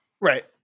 Right